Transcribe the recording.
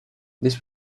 this